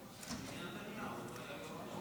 בנימין נתניהו.